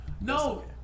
no